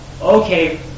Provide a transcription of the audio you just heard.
okay